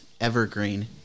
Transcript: evergreen